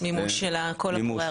ולא למכלול של כל השירותים.